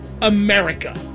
America